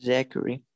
Zachary